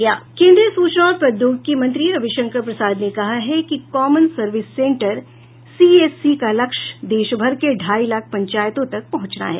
केंद्रीय सूचना और प्रौद्योगिकी मंत्री रवि शंकर प्रसाद ने कहा है कि कामन सर्विस सेंटर सीएससी का लक्ष्य देशभर के ढाई लाख पंचायतों तक पहुंचना है